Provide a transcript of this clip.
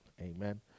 Amen